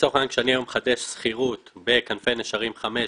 לצורך העניין כשאני היום מחדש שכירות בכנפי נשרים 5,